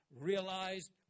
realized